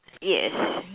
yes